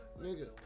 nigga